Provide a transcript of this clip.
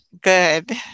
Good